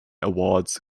awards